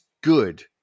good